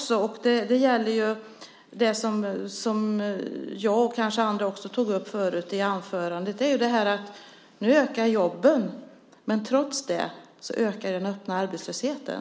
Som jag och kanske också andra tog upp i anförandena ökar jobben nu, men trots det ökar den öppna arbetslösheten.